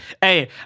Hey